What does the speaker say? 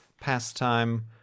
pastime